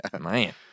Man